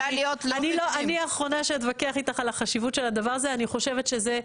אני רואה את זה חשיבות עליונה,